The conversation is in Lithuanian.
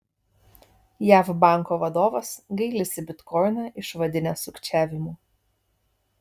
jav banko vadovas gailisi bitkoiną išvadinęs sukčiavimu